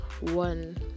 one